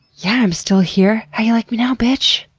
yeah i'm still here, how you like me now biiiitch?